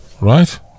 Right